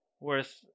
worth